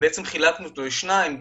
חילקנו את המסמך לשניים,